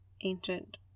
ancient